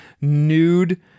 nude